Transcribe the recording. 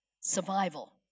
survival